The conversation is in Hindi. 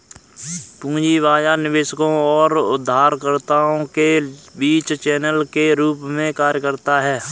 पूंजी बाजार निवेशकों और उधारकर्ताओं के बीच चैनल के रूप में कार्य करता है